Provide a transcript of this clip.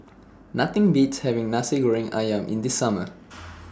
Nothing Beats having Nasi Goreng Ayam in The Summer